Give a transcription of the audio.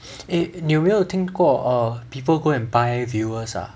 eh 你有没有听过 err people go and buy viewers ah